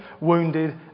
wounded